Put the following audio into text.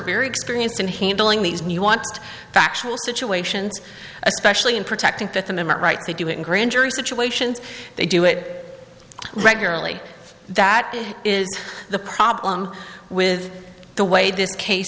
very experienced in handling these new want factual situations especially in protecting fifth amendment right they do it in grand jury situations they do it regularly that is the problem with the way this case